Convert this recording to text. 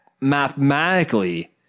mathematically